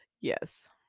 Yes